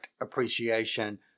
appreciation